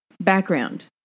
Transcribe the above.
Background